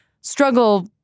struggle